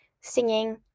singing